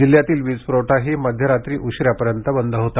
जिल्ह्यातील वीज पुरवठाही मध्यरात्री उशिरापर्यंत बंद होता